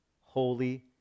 holy